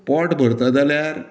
पोट भरत जाल्यार